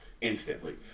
instantly